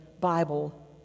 Bible